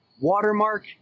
Watermark